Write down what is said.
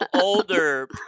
older